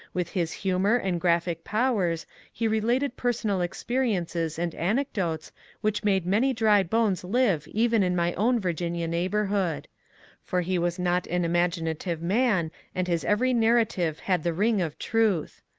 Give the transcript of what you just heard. with his humour and graphic powers he related personal experiences and anecdotes which made many dry bones live even in my own virginia neighbourhood for he was not an imaginative man and his every narrative had the ring of truth.